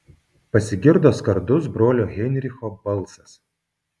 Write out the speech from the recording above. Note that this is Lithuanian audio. pasigirdo skardus brolio heinricho balsas